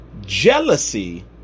jealousy